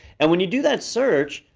and when you do that search,